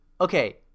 Okay